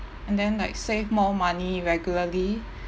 and then like save more money regularly